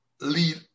lead